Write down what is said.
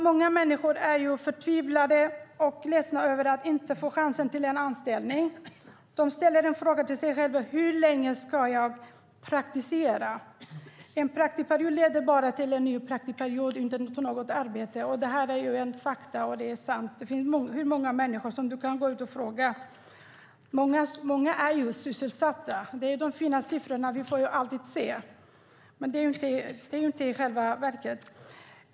Många människor är förtvivlade och ledsna över att inte få chansen till en anställning. De ställer sig själva frågan: Hur länge ska jag praktisera? En praktikperiod leder bara till en ny praktikperiod och inte till något arbete. Detta är fakta och sanningen. Det finns hur många människor som helst som ministern kan gå ut och fråga. Många är sysselsatta. Det är de fina siffrorna vi alltid får se. Men det är inte så det är i själva verket.